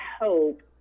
hope